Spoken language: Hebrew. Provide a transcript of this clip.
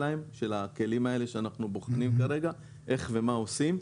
הכלים האלה שאנחנו בוחנים כרגע איך ומה עושים.